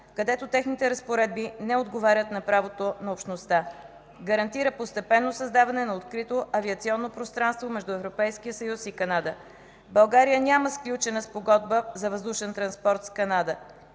където техните разпоредби не отговарят на правото на общността. Гарантира постепенно създаване на открито авиационно пространство между Европейския съюз и Канада. България няма сключена спогодба за въздушен транспорт с Канада.